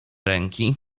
ręki